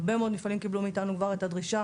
הרבה מאוד מפעלים קיבלו מאיתנו כבר את הדרישה